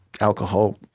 alcohol